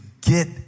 get